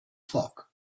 flock